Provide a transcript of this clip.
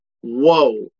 Whoa